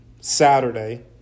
Saturday